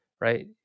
right